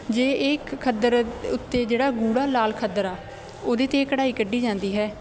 ਜੇ ਇਹ ਇੱਕ ਖੱਦਰ ਉੱਤੇ ਜਿਹੜਾ ਗੂੜਾ ਲਾਲ ਖੱਦਰ ਆ ਉਹਦੇ 'ਤੇ ਇਹ ਕਢਾਈ ਕੱਢੀ ਜਾਂਦੀ ਹੈ